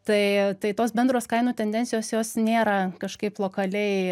tai tai tos bendros kainų tendencijos jos nėra kažkaip lokaliai